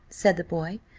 said the boy,